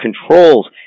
controls